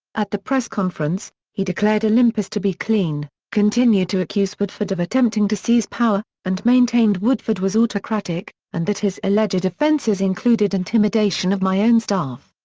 at the press conference, he declared olympus to be clean, continued to accuse woodford of attempting to seize power, and maintained woodford was autocratic, and that his alleged offences included intimidation of my own staff.